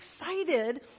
excited